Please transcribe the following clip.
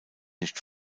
nicht